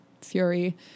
fury